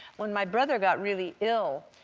when my brother got really ill,